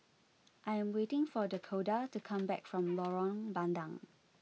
I am waiting for Dakoda to come back from Lorong Bandang